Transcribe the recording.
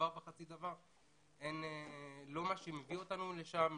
לא מה שהביא אותנו לשם,